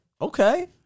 Okay